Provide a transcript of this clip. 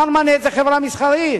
"מרמנת" היא חברה מסחרית,